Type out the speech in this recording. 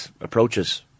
approaches